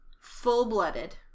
full-blooded